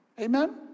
Amen